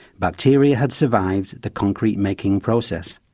bacteria had survived the concrete making process.